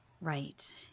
Right